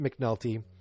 McNulty